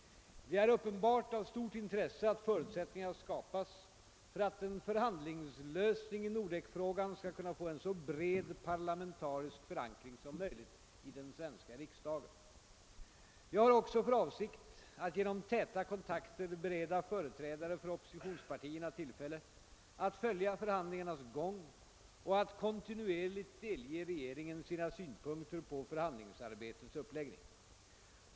Det är uppenbart av stort intresse att förutsättningar skapas för att en förhandlingslösning i Nordekfrågan skall kunna få en så bred parlamentarisk förankring som möjligt i den svenska riksdagen. Jag har också för avsikt att genom täta kontakter bereda företrädare för oppositionspartierna tillfälle att följa förhandlingarnas gång och att kontinuerligt delge regeringen sina synpunkter på förhandlingsarbetets uppläggning.